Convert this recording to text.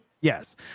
yes